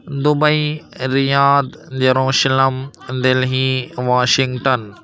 Dubai Riyadh یروشلم Delhi Washington